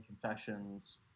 confessions